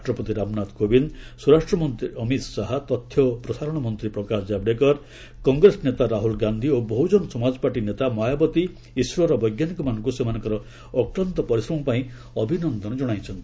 ରାଷ୍ଟ୍ରପତି ରାମନାଥ କୋବିନ୍ଦ ସ୍ୱରାଷ୍ଟ୍ରମନ୍ତ୍ରୀ ଅମିତ୍ ଶାହା ତଥ୍ୟ ଓ ପ୍ରସାରଣ ମନ୍ତ୍ରୀ ପ୍ରକାଶ ଜାବଡେକର କଂଗ୍ରେସ ନେତା ରାହ୍ୱଲ ଗାନ୍ଧି ଓ ବହୁଜନ ସମାଜ ପାର୍ଟି ନେତା ମାୟାବତୀ ଇସ୍ରୋର ବୈଜ୍ଞାନିକମାନଙ୍କୁ ସେମାନଙ୍କର ଅକ୍ଲାନ୍ତ ପରିଶ୍ରମପାଇଁ ଅଭିନନ୍ଦନ ଜଣାଇଛନ୍ତି